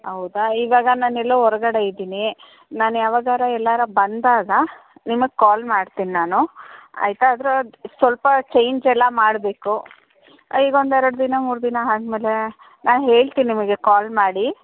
ಹೌದಾ ಇವಾಗ ನಾನು ಎಲ್ಲೋ ಹೊರ್ಗಡೆ ಇದ್ದೀನಿ ನಾನು ಯಾವಾಗಾರೂ ಎಲ್ಲಾರೂ ಬಂದಾಗ ನಿಮಗೆ ಕಾಲ್ ಮಾಡ್ತೀನಿ ನಾನು ಆಯಿತಾ ಅದ್ರೊಳಗೆ ಸ್ವಲ್ಪ ಚೇಂಜ್ ಎಲ್ಲ ಮಾಡಬೇಕು ಈಗ ಒಂದು ಎರಡು ದಿನ ಮೂರು ದಿನ ಆದಮೇಲೆ ನಾ ಹೇಳ್ತೀನಿ ನಿಮಗೆ ಕಾಲ್ ಮಾಡಿ